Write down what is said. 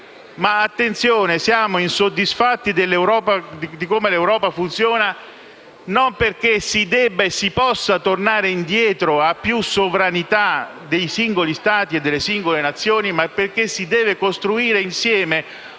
Oggi noi siamo insoddisfatti di come funziona l'Europa, ma - attenzione - non perché si debba e si possa tornare indietro a più sovranità dei singoli Stati e delle singole Nazioni, ma perché si deve costruire insieme un patto